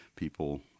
people